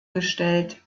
gestellt